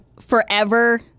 forever